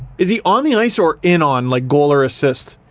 is he on the ice or in on, like goal or assist?